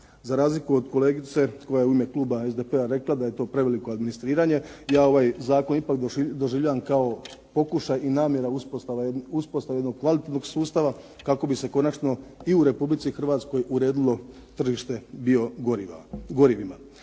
Za razliku od kolegice koja je u ime kluba SDP-a rekla da je to preveliko administriranje, ja ovaj zakon ipak doživljavam kao pokušaj i namjera uspostave jednog kvalitetnog sustava kako bi se konačno i u Republici Hrvatskoj uredilo tržište biogorivima.